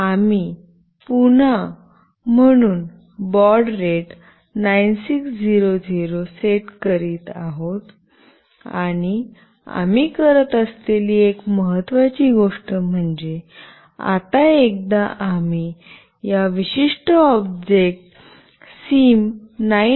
आम्ही पुन्हा म्हणून बाऊड रेट 9600 सेट करीत आहोत आणि आम्ही करत असलेली एक महत्त्वाची गोष्ट आता एकदा आम्ही हा विशिष्ट ऑब्जेक्ट सिम 900ए